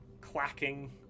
clacking